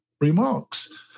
remarks